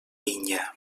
vinya